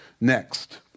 Next